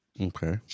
Okay